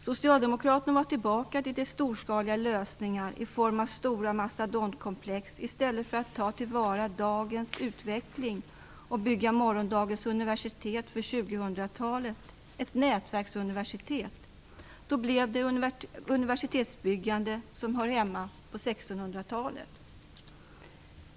Socialdemokraterna var tillbaka till storskaliga lösningar i form av stora mastodontkomplex i stället för att ta till vara dagens utveckling och bygga morgondagens universitet för 2000-talet, ett nätverksuniversitet. Då blev det i stället ett universitetsbyggande som hör hemma på 1600-talet.